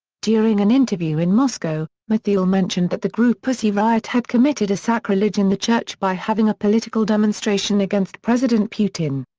during an interview in moscow, mathieu mentioned that the group pussy riot had committed a sacrilege in the church by having a political demonstration against president putin.